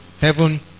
heaven